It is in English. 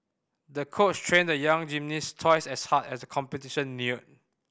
the coach trained the young gymnast twice as hard as the competition neared